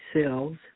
cells